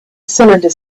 cylinder